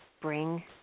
bring